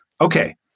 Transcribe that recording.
okay